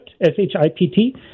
S-H-I-P-T